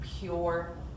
pure